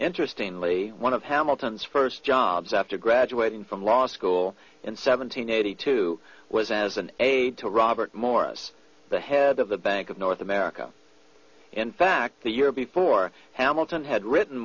interestingly one of hamilton's first jobs after graduating from law school in seventeen eighty two was as an aide to robert morris the head of the bank of north america in fact the year before hamilton had written